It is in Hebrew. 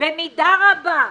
במידה רבה,